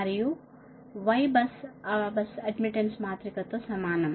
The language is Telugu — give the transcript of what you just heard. మరియు Ybus ఆ బస్ అడ్మిటెన్స్ మాత్రిక తో సమానం